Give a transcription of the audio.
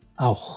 auch